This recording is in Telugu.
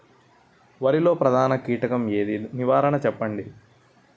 వరిలో ప్రధాన కీటకం ఏది? నివారణ చెప్పండి?